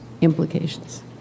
implications